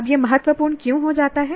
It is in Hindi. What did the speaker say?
अब यह महत्वपूर्ण क्यों हो जाता है